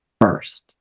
first